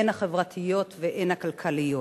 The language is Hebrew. הן החברתיות והן הכלכליות.